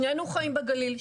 שנינו חיים בגליל,